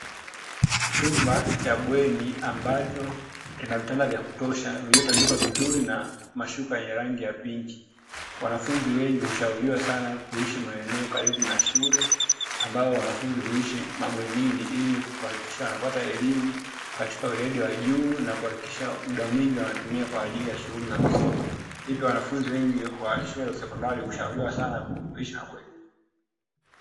Chumba Cha bwenj ambacho kina vitanda vya kutosha, vilivyotandikwa vizuri na mashuka vyenye rangi ya pinki. Wanafunzi wengi wana hushauriwa ,sana kuishi maeneo karibu na shule ambao wanafunzi huishi mabwenini ili kuhakikisha wanapata elimu katika weredi wa juu na kuhakikisha mda mwingi wanatumia kwa ajili ya kusoma. Hivyo wanafunzi wengi wa shule za sekondari hushauriwa sana kuishi mabwenini.